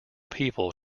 people